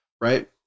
right